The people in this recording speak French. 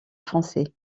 français